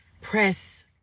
press